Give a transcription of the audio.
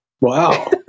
wow